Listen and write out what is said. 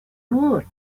would